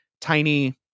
tiny